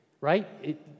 Right